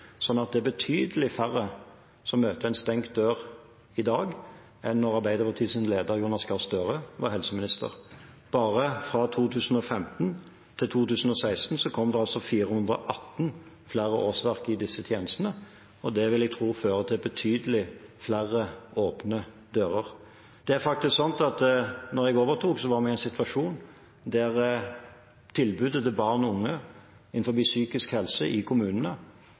det er betydelig færre som møter en stengt dør i dag enn da Arbeiderpartiets leder Jonas Gahr Støre var helseminister. Bare fra 2015 til 2016 kom det 418 flere årsverk i disse tjenestene. Det vil jeg tro fører til betydelig flere åpne dører. Det er faktisk sånn at da jeg overtok, var situasjonen at tilbudet til barn og unge innenfor psykisk helse i kommunene